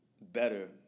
better